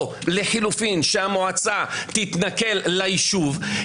או לחילופין שהמועצה תתנכל ליישוב,